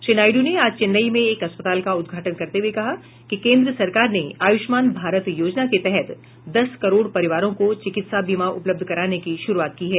श्री नायड् ने आज चेन्नई में एक अस्पताल का उद्घाटन करते हुए कहा कि केन्द्र सरकार ने आयुष्मान भारत योजना के तहत दस करोड़ परिवारों को चिकित्सा बीमा उपलब्ध कराने की शुरूआत की है